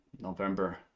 November